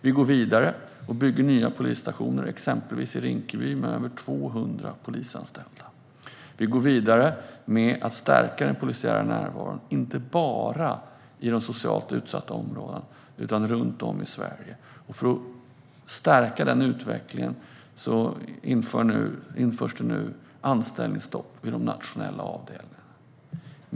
Vi går vidare och bygger nya polisstationer, exempelvis i Rinkeby, med över 200 polisanställda. Vi går vidare med att stärka den polisiära närvaron, inte bara i de socialt utsatta områdena, utan runt om i Sverige. För att stärka den utvecklingen införs det nu anställningsstopp vid de nationella avdelningarna.